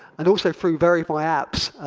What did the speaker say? and also through verify apps,